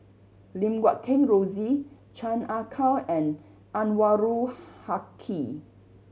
Lim Guat Kheng Rosie Chan Ah Kow and Anwarul Haque